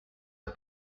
are